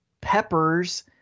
peppers